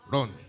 Run